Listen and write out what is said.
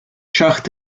schacht